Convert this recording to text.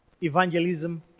evangelism